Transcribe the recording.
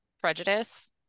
prejudice